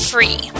Free